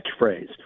catchphrase